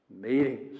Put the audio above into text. meetings